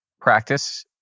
practice